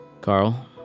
Carl